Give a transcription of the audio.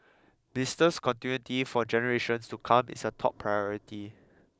business continuity for generations to come is a top priority